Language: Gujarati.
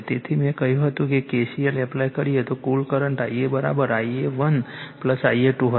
તેથી મેં કહ્યું હતું કે K C L એપ્લાય કરીએ તો કુલ કરંટ Ia બરાબર Ia1 Ia2 હશે